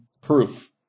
proof